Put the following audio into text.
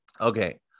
Okay